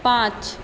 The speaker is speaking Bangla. পাঁচ